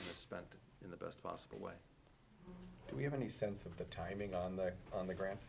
spent in the best possible way and we have any sense of the timing on there on the ground